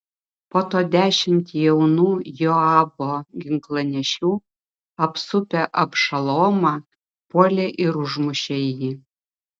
po to dešimt jaunų joabo ginklanešių apsupę abšalomą puolė ir užmušė jį